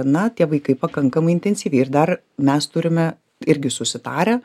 na tie vaikai pakankamai intensyviai ir dar mes turime irgi susitarę